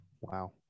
Wow